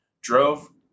drove